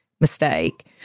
mistake